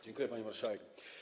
Dziękuję, pani marszałek.